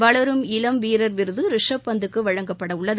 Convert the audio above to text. வளரும் இளம் வீரர் விருது ரிஷப் பந்துக்கு வழங்கப்படவுள்ளது